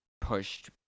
pushed